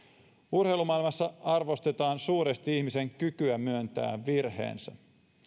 urheilumaailmassa arvostetaan suuresti ihmisen kykyä myöntää virheensä